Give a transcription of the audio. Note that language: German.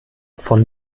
von